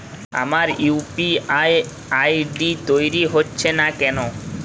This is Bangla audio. আমার ইউ.পি.আই আই.ডি তৈরি হচ্ছে না কেনো?